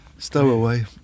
Stowaway